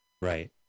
Right